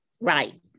Right